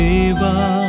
Deva